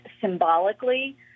symbolically